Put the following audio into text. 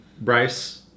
Bryce